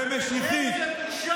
איזו בושה אתה.